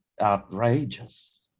outrageous